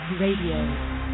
Radio